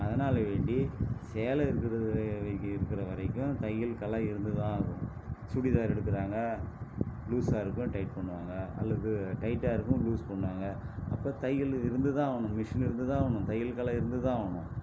அதனாலே வேண்டி சேலை இருக்கிறது இருக்கிற வரைக்கும் தையல் கலை இருந்து தான் ஆகும் சுடிதார் எடுக்கிறாங்க லூஸாக இருக்கும் டைட் பண்ணுவாங்க அல்லது டைட்டாக இருக்கும் லூஸ் பண்ணுவாங்க அப்போ தையல் இருந்து தான் ஆகணும் மிஷின் இருந்து தான் ஆகணும் தையல் கலை இருந்து தான் ஆவணும்